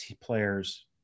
players